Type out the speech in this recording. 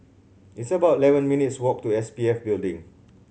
it's about eleven minutes' walk to S P F Building